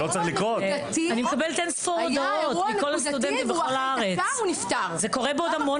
זה קורה בעוד המון